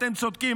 אתם צודקים,